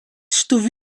stuvü